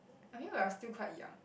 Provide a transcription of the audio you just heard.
I mean we are still quite young